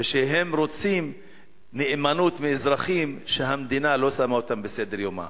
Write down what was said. והם רוצים נאמנות מאזרחים שהמדינה לא שמה אותם בסדר-יומה.